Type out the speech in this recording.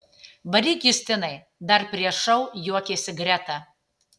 varyk justinai dar prieš šou juokėsi greta